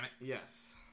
Yes